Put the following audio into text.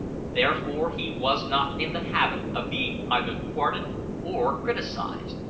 therefore he was not in the habit of being either thwarted or criticised,